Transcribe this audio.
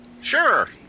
sure